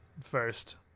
first